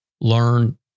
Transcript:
learn